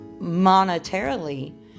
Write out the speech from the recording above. monetarily